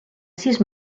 sis